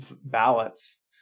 ballots